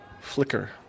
flicker